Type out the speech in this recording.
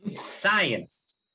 Science